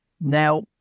Now